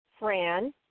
Fran